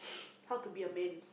how to be a man